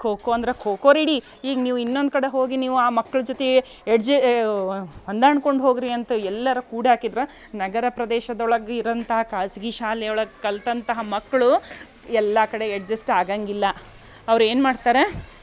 ಖೋಖೋ ಅಂದ್ರೆ ಖೋಖೋ ರೆಡಿ ಈಗ ನೀವು ಇನ್ನೊಂದು ಕಡೆ ಹೋಗಿ ನೀವು ಆ ಮಕ್ಳ ಜೊತೆ ಎಡ್ಜ್ ಹೊಂದಾಣ್ಕೊಂಡು ಹೋಗಿರಿ ಅಂತ ಎಲ್ಲಾರ ಕೂಡಿ ಹಾಕಿದ್ರ ನಗರ ಪ್ರದೇಶದೊಳಗೆ ಇರೋಂಥ ಖಾಸಗಿ ಶಾಲೆಯೊಳಗೆ ಕಲಿತಂತಹ ಮಕ್ಕಳು ಎಲ್ಲ ಕಡೆ ಎಡ್ಜೆಸ್ಟ್ ಆಗಂಗಿಲ್ಲ ಅವ್ರು ಏನು ಮಾಡ್ತಾರ